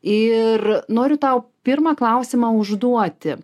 ir noriu tau pirmą klausimą užduoti